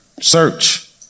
search